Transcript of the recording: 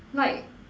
like